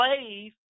slave